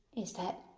is that,